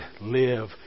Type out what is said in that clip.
live